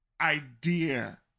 idea